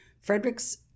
Frederick's